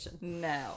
no